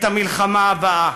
את המלחמה הבאה.